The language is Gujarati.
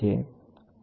તો ચાર હાથાઓ અહીં છે